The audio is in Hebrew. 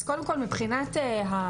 אז קודם כל מבחינת המשתמשים,